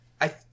I-